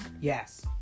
Yes